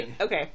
Okay